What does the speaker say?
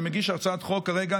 אני מגיש הצעת חוק כרגע,